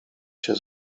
się